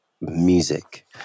music